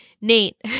Nate